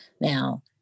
Now